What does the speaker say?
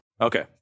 Okay